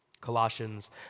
Colossians